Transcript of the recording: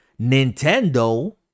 Nintendo